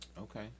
Okay